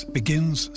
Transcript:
begins